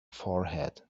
forehead